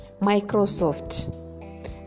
Microsoft